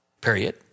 period